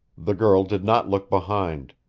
the girl did not look behind.